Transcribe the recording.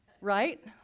right